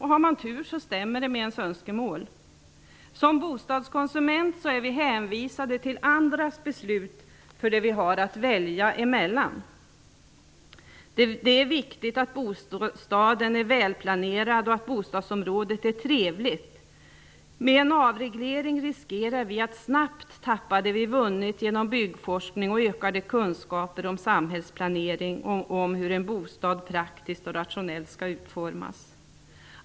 Har man tur så stämmer det med ens önskemål. Som bostadskonsumenter är vi hänvisade till andras beslut om vad vi har att välja emellan. Det är viktigt att bostaden är välplanerad och att bostadsområdet är trevligt. Med en avreglering riskerar vi att snabbt tappa det vi har vunnit genom byggforskning, ökade kunskaper om samhällsplanering och om hur en bostad praktiskt och rationellt skall utformas.